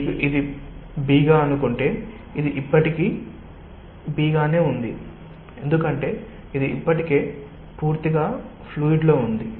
మీకు ఇది B గా అనుకుంటే ఇది ఇప్పటికీ B గానే ఉంటుంది ఎందుకంటే ఇది ఇప్పటికే పూర్తిగా ఫ్లూయిడ్ లో ఉంది